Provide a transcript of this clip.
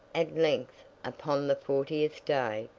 at length, upon the fortieth day,